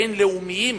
בין-לאומיים